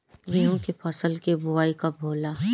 गेहूं के फसल के बोआई कब होला?